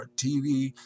TV